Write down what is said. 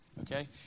Okay